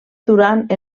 durant